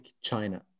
China